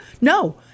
No